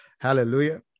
Hallelujah